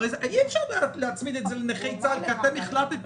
הרי אי-אפשר להצמיד את זה לנכי צה"ל כי אתם החלטתם,